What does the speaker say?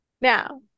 Now